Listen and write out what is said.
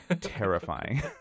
terrifying